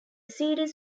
series